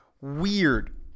weird